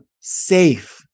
safe